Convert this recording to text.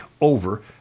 over